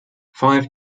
five